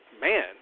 man